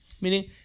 Meaning